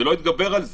זה לא יתגבר על זה.